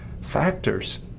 factors